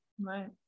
Right